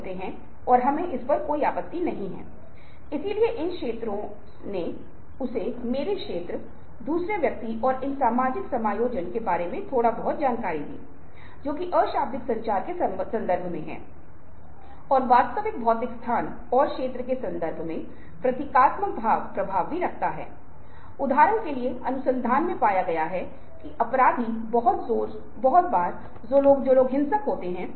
अगर आपको याद है कि हमने दृश्य संचार दृश्य सौंदर्यशास्त्र के बारे में बात की थी तो हमने विज्ञापन के बारे में बात की जो भूमिका निभाता है वह दृश्य कितना प्रेरक दृश्य है और यहाँ जब हम सोशल मीडिया के बारे में बात करते हैं तो हम पाते हैं कि ऐसा होने के लिए वे बहुत तेजी से यात्रा करते हैं